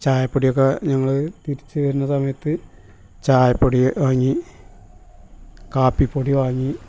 ചായപൊടിയൊക്കെ ഞങ്ങൾ തിരിച്ച് വരുന്ന സമയത്ത് ചായപ്പൊടി വാങ്ങി കാപ്പി പൊടി വാങ്ങി